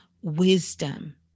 wisdom